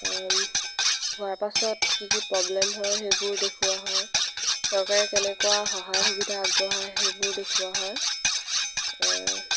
হোৱাৰ পিছত কি কি প্ৰব্লেম হয় সেইবোৰ দেখুওৱা হয় চৰকাৰে কেনেকুৱা সহায় সুবিধা আগবঢ়ায় সেইবোৰ দেখুওৱা হয়